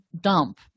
dump